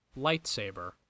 lightsaber